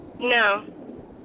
No